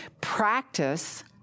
practice